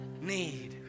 need